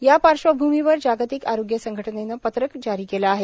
या पार्श्वभूमीवर जागतिक आरोग्य संघटनेनं पत्रक जारी केलं आहे